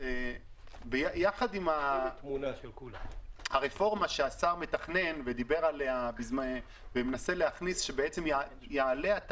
יחד עם הרפורמה שהשר מתכנן הוא מנסה להכניס שצריכת